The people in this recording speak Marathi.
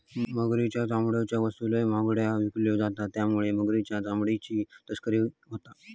मगरीच्या चामड्याच्यो वस्तू लय महागड्यो विकल्यो जातत त्यामुळे मगरीच्या चामड्याची तस्करी होता